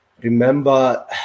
remember